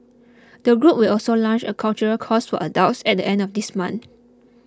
the group will also launch a cultural course were adults at end of this month